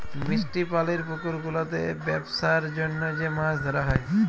মিষ্টি পালির পুকুর গুলাতে বেপসার জনহ যে মাছ ধরা হ্যয়